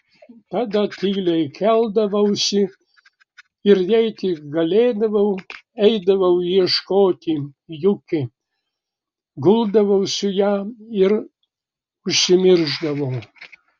tada tyliai keldavausi ir jei tik galėdavau eidavau ieškoti juki guldavau su ja ir užsimiršdavau